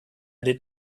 did